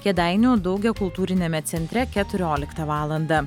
kėdainių daugiakultūriame centre keturioliktą valandą